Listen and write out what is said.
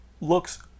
Looks